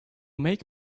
make